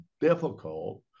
difficult